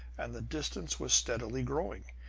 and the distance was steadily growing.